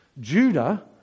Judah